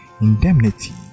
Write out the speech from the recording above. indemnity